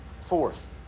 Fourth